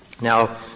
Now